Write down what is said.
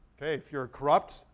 kay, you're corrupt,